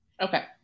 Okay